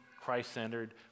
Christ-centered